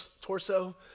torso